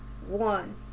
One